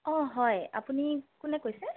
অঁ হয় আপুনি কোনে কৈছে